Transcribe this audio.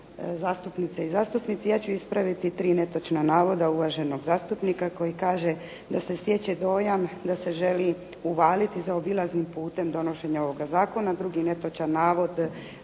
zastupnice i zastupnici. Ja ću ispraviti tri netočna navoda uvaženog zastupnika koji kaže da se stječe dojam da se želi uvaliti zaobilaznim putem donošenje ovog zakona.